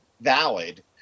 valid